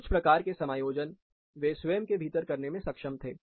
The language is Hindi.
कुछ प्रकार के समायोजन वे स्वयं के भीतर करने में सक्षम थे